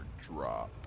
drop